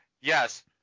Yes